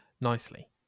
nicely